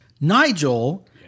Nigel